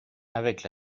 avec